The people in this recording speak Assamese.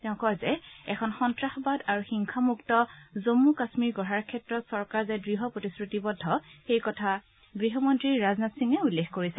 তেওঁ কয় যে এখন সন্তাসবাদ আৰু হিংসামুক্ত জমু কাম্মীৰ গঢ়াৰ ক্ষেত্ৰত চৰকাৰ যে দঢ় প্ৰতিশ্ৰুতিবদ্ধ সেই কথা গৃহমন্ত্ৰী ৰাজনাথ সিঙে উল্লেখ কৰিছে